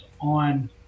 on